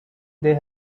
they